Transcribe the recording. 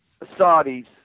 Saudis